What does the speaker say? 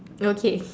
no date